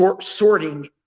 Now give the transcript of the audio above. sorting